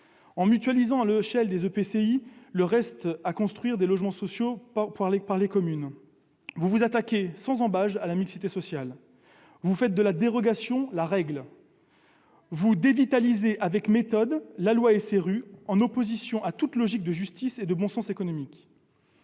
en mutualisant à l'échelon des EPCI le reste à construire des logements sociaux par les communes, vous vous attaquez sans ambages à la mixité sociale, vous faites de la dérogation la règle, vous dévitalisez avec méthode la loi SRU, en opposition à toute logique de justice et de bon sens économique.